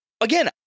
again